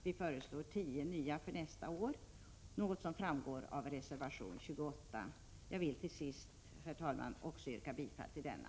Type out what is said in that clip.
Vi föreslår 10 nya garantirum för nästa år, något som framgår av reservation 28. Jag vill sist, herr talman, också yrka bifall till denna.